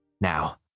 Now